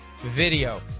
video